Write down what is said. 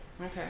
Okay